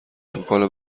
امکان